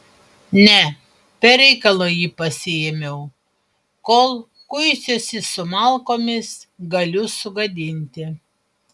ne be reikalo jį pasiėmiau kol kuisiuosi su malkomis galiu sugadinti